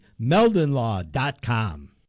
meldenlaw.com